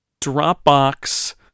Dropbox